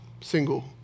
single